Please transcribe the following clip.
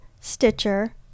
stitcher